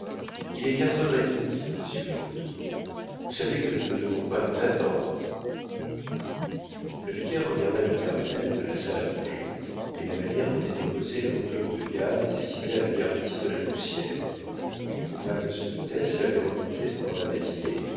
il est quatre heures et demie monsieur birotteau vous savez que nous ne devons pas nous attendre le vicaire regarda le cartel de la salle à manger et la manière dont était posée l'enveloppe de gaze destinée à le garantir de la poussière lui prouva que son hôtesse l'avait remonté pendant la matinée